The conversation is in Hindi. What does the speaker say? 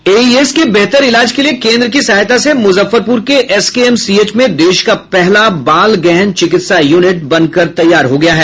एईएस के बेहतर इलाज के लिए केन्द्र की सहायता से मुजफ्फरपुर के एसकेएमसीएच में देश का पहला बाल गहन चिकित्सा यूनिट बन कर तैयार हो गया है